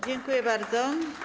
Dziękuję bardzo.